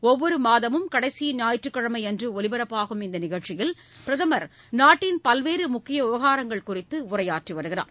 ஒவ்வொரு மாதமும் கடைசி ஞாயிற்றுக்கிழமை அன்று ஒலிபரப்பாகும் இந்த நிகழ்ச்சியில் பிரதமர் நாட்டின் பல்வேறு முக்கிய விவகாரங்கள் குறித்து உரையாற்றி வருகிறார்